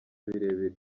birebire